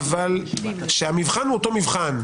שהמבחן הוא אותו מבחן,